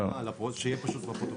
שיהיה פשוט בפרוטוקול.